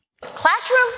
Classroom